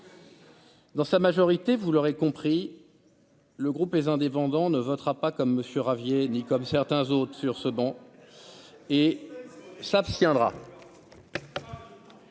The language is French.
Dans sa majorité, vous l'aurez compris le groupe les en défendant ne votera pas comme Monsieur Ravier ni comme certains autres sur ce bon et s'abstiendra.